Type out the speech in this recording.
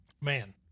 man